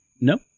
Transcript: No